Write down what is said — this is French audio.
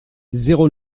zéro